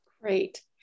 Great